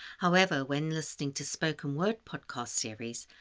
however, when listening to spoken word podcast series,